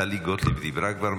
טלי גוטליב, דיברה כבר.